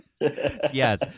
Yes